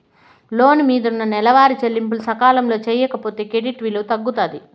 లోను మిందున్న నెలవారీ చెల్లింపులు సకాలంలో సేయకపోతే క్రెడిట్ విలువ తగ్గుతాది